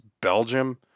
Belgium